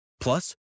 Plus